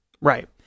Right